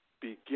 begin